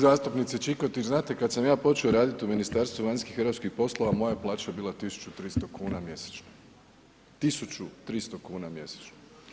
Zastupnice Čikotić, znate kada sam ja počeo raditi u Ministarstvu vanjskih i europskih poslova, moja plaća je bila 1300 kuna mjesečno, 1300 kuna mjesečno.